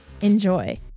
Enjoy